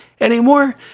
anymore